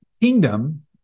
Kingdom